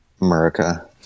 America